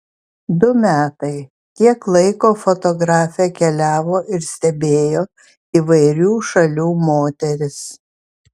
du metai tiek laiko fotografė keliavo ir stebėjo įvairių šalių moteris